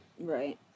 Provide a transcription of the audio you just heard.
Right